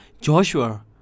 Joshua